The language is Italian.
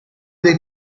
dei